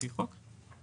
לפי חוק.